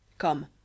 Come